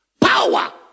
Power